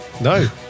no